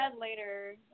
later